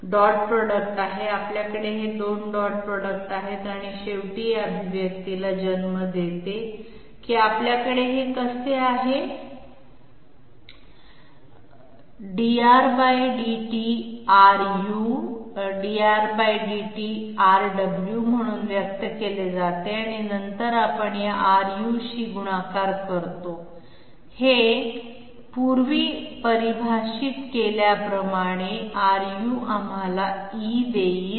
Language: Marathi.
डॉट प्रॉडक्ट आहे आपल्याकडे हे दोन डॉट प्रॉडक्ट आहेत आणि शेवटी या अभिव्यक्तीला जन्म देते की आपल्याकडे हे कसे आहे ∂R⁄∂u Ru ∂R⁄∂w Rw म्हणून व्यक्त केले जाते आणि नंतर आपण या Ru शी गुणाकार करतो हे पूर्वी परिभाषित केल्याप्रमाणे Ru आम्हाला e देईल